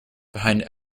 behind